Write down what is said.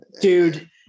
Dude